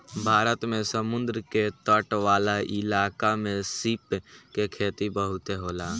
भारत में समुंद्र के तट वाला इलाका में सीप के खेती बहुते होला